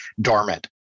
dormant